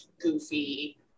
goofy